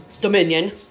Dominion